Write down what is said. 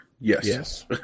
Yes